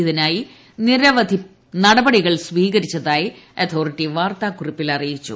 ഇതിനായി നിരവധി നടപടികൾ സ്വീകരിച്ചതായി അതോറിറ്റി വാർത്താക്കുറിപ്പിൽ അറിയിച്ചു